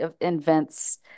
invents